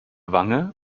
wange